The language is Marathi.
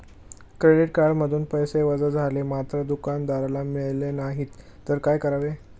क्रेडिट कार्डमधून पैसे वजा झाले मात्र दुकानदाराला मिळाले नाहीत तर काय करावे?